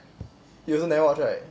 you also never watch right